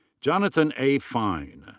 jonathan a. fine.